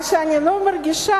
מה שאני מרגישה,